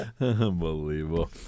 Unbelievable